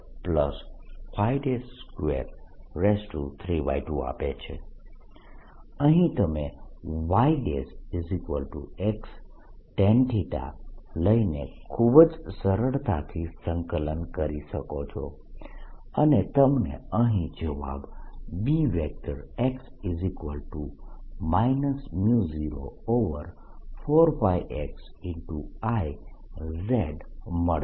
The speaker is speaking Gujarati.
Bx0I4π ∞dy z xx2y232 અહીં તમે yxtan લઈને ખૂબ જ સરળતાથી સંકલન કરી શકો છો અને તમને અહીં જવાબ Bx 02πxI z મળશે